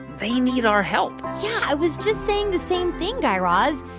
they need our help yeah, i was just saying the same thing, guy raz.